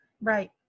right